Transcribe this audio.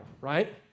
right